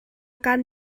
kaan